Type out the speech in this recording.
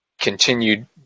continued